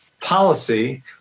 policy